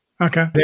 Okay